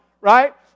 right